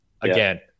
Again